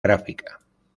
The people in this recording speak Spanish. gráfica